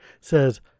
says